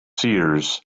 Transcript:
seers